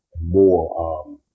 more